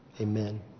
Amen